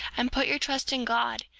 and put your trust in god,